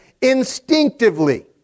instinctively